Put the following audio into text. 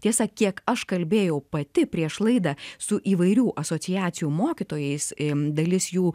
tiesa kiek aš kalbėjau pati prieš laidą su įvairių asociacijų mokytojais em dalis jų